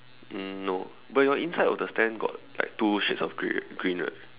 um no but your inside of the stand got like two shades of grey right green right